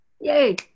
Yay